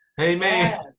Amen